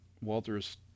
Walter's